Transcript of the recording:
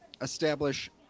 establish